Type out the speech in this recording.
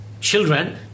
children